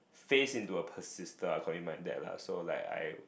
phased into a persister according to my dad lah so like I